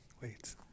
wait